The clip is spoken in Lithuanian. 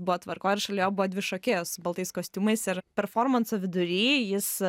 buvo tvarkoj ir šalia jo buvo dvi šokėjos baltais kostiumais ir performanso vidury jis